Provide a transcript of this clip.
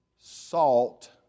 salt